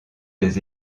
des